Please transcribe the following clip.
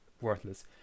worthless